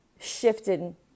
shifted